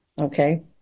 Okay